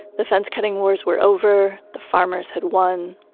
the fence cutting wars were over. the farmers had won.